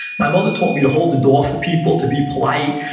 my mother taught me to hold the door for people, to be polite,